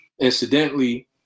incidentally